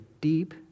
deep